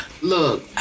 Look